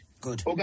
Good